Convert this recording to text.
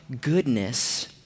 goodness